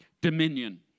Dominion